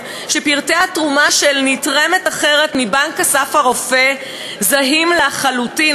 שפרטי התרומה של נתרמת אחרת מבנק "אסף הרופא" זהים לחלוטין,